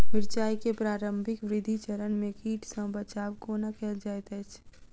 मिर्चाय केँ प्रारंभिक वृद्धि चरण मे कीट सँ बचाब कोना कैल जाइत अछि?